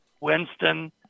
winston